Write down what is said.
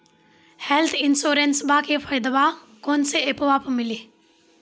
Health इंश्योरेंसबा के फायदावा कौन से ऐपवा पे मिली?